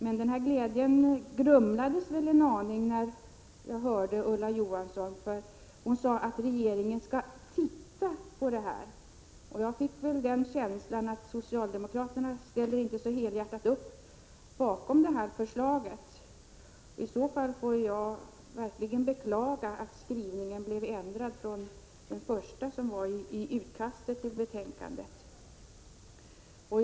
Men den glädjen grumlades en aning när jag hörde Ulla Johansson. Hon sade att regeringen skall titta på detta. Jag fick känslan.att socialdemokraterna inte ställer upp helhjärtat bakom detta förslag. I så fall får jag verkligen beklaga att skrivningen blev ändrad från den som förelåg i det första utkastet till betänkandet.